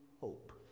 hope